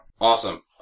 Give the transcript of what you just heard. Awesome